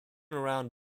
around